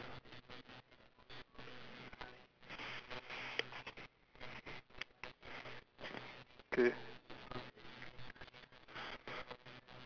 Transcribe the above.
okay